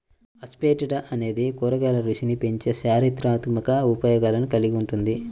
asafoetida అనేది కూరగాయల రుచిని పెంచే చారిత్రాత్మక ఉపయోగాలను కలిగి ఉంటుంది